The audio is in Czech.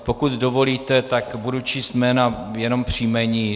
Pokud dovolíte, tak nebudu číst jména, jenom příjmení.